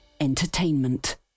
Entertainment